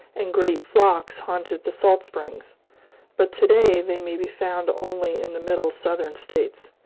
and great flocks haunted the salt springs but to-day they may be found only in the middle southern states.